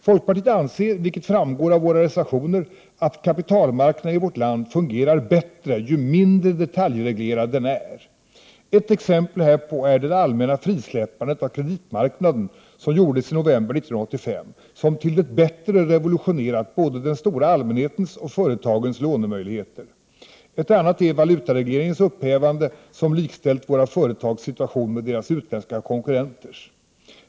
Folkpartiet anser — det framgår av våra reservationer — att kapitalmarknaden i vårt land fungerar bättre ju mindre detaljreglerad den är. Ett exempel härpå är det allmänna frisläppandet av kreditmarknaden i november 1985, vilket revolutionerat både den stora allmänhetens och företagens lånemöjligheter. Ett annat exempel är valutaregleringens upphävande, som likställt våra företags situation med deras utländska konkurrenters.